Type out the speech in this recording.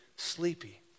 Sleepy